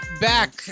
back